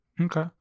Okay